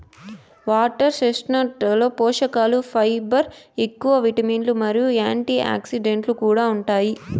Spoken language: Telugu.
వాటర్ చెస్ట్నట్లలో పోషకలు ఫైబర్ ఎక్కువ, విటమిన్లు మరియు యాంటీఆక్సిడెంట్లు కూడా ఉంటాయి